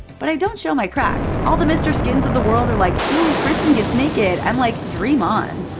but i don't show my crack! all the mr. skins of the world are like, ooh, kristen gets naked i'm like, dream on